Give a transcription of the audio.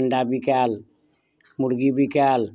अण्डा बिकाएल मुर्गी बिकाएल